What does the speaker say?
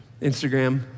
Instagram